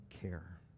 care